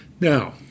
Now